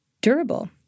durable